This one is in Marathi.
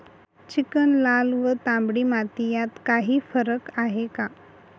चिकण, लाल व तांबडी माती यात काही फरक आहे का?